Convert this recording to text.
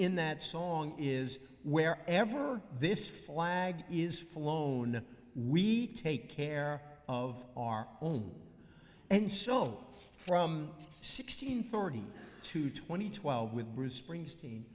in that song is where ever this flag is flown we take care of our own and so from sixteen thirty to twenty twelve with bruce springsteen